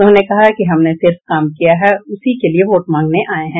उन्होंने कहा कि हमने सिर्फ काम किया है और उसी के लिए वोट मांग रहे हैं